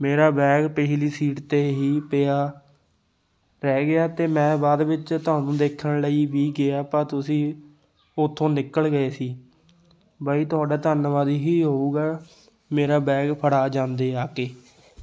ਮੇਰਾ ਬੈਗ ਪਿਛਲੀ ਸੀਟ 'ਤੇ ਹੀ ਪਿਆ ਰਹਿ ਗਿਆ ਅਤੇ ਮੈਂ ਬਾਅਦ ਵਿੱਚ ਤੁਹਾਨੂੰ ਦੇਖਣ ਲਈ ਵੀ ਗਿਆ ਪਰ ਤੁਸੀਂ ਉੱਥੋਂ ਨਿਕਲ ਗਏ ਸੀ ਬਾਈ ਤੁਹਾਡਾ ਧੰਨਵਾਦ ਹੀ ਹੋਊਗਾ ਮੇਰਾ ਬੈਗ ਫੜਾ ਜਾਂਦੇ ਆ ਕੇ